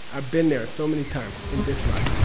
i've been there so many times in this life.